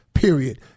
Period